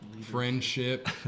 friendship